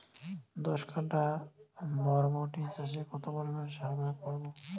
দশ কাঠা বরবটি চাষে কত পরিমাণ সার প্রয়োগ করব?